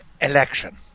Election